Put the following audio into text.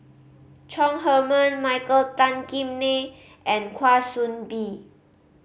Chong Heman Michael Tan Kim Nei and Kwa Soon Bee